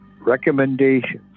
recommendations